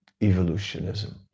evolutionism